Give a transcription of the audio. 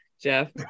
Jeff